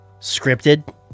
scripted